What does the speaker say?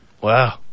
Wow